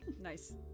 Nice